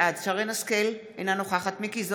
בעד שרן מרים השכל, אינה נוכחת מכלוף